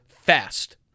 fast